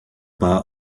bar